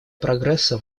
прогресса